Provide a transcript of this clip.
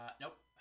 nope